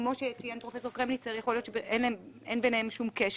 שכמו שציין פרופסור קרמניצר יכול להיות שאין שום קשר בין האירועים.